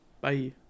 Bye